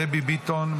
דבי ביטון,